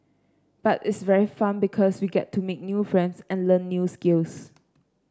but it's very fun because we get to make new friends and learn new skills